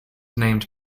named